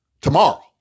tomorrow